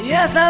Yes